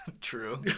True